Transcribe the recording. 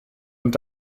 und